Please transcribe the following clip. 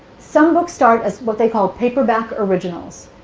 some books start as what they call paperback originals.